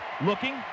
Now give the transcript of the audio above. Looking